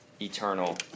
eternal